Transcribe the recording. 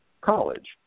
college